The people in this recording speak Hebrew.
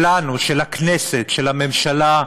שלנו, של הכנסת, של הממשלה,